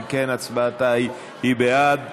אם כן הצבעתה היא בעד.